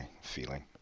feeling